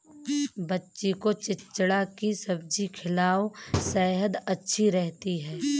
बच्ची को चिचिण्डा की सब्जी खिलाओ, सेहद अच्छी रहती है